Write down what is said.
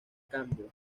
cambio